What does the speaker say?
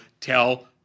Tell